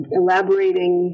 elaborating